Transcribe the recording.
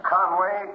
Conway